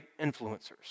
influencers